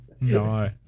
No